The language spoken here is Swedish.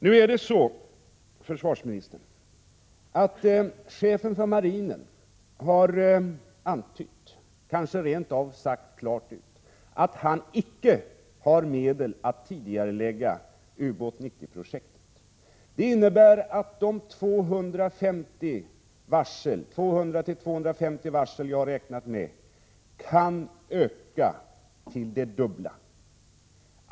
Nu är det så, herr försvarsminister, att chefen för marinen har antytt — kanske rent av sagt klart ut — att han icke har medel att tidigarelägga Ubåt 90-projektet. Det innebär att det antal varsel jag har räknat med, 200-250, kan öka till det dubbla.